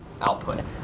Output